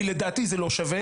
כי לדעתי זה לא שווה.